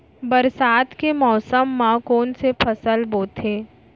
बरसात के मौसम मा कोन से फसल बोथे?